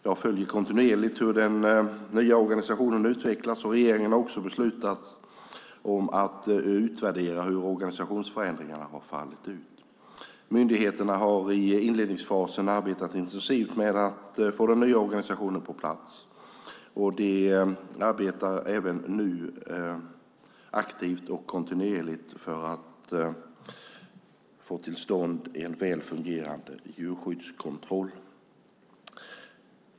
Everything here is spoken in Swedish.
Jag följer kontinuerligt hur den nya organisationen utvecklas, och regeringen har också beslutat om att utvärdera hur organisationsförändringarna har fallit ut. Myndigheterna har i inledningsfasen arbetat intensivt med att få den nya organisationen på plats, och de arbetar även nu aktivt och kontinuerligt för att få till stånd en väl fungerande djurskyddskontroll.